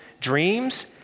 dreams